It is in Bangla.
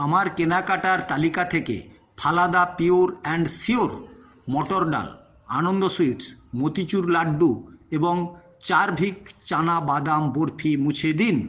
আমার কেনাকাটার তালিকা থেকে ফালাদা পিওর অ্যান্ড শিওর মটর ডাল আনন্দ সুইটস মোতিচুর লাড্ডু এবং চারভিক চানা বাদাম বরফি মুছে দিন